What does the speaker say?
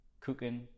cooking